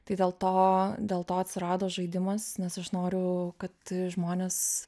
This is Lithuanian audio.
tai dėl to dėl to atsirado žaidimas nes aš noriu kad žmonės